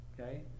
okay